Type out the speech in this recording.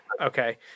Okay